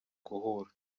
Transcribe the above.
guhura